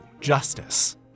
justice